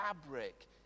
fabric